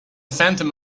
phantom